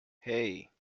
hey